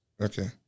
Okay